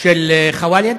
של ח'וואלד,